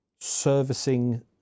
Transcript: servicing